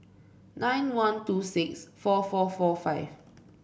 nine one two six four four four five